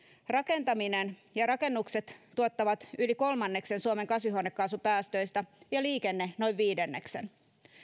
rakentaminen ja rakennukset tuottavat yli kolmanneksen suomen kasvihuonekaasupäästöistä ja liikenne noin viidenneksen